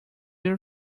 your